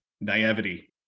naivety